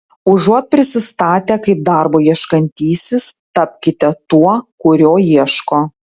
užuot prisistatę kaip darbo ieškantysis tapkite tuo kurio ieško